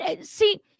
See